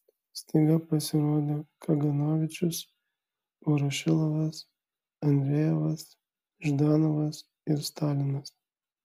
staiga pasirodė kaganovičius vorošilovas andrejevas ždanovas ir stalinas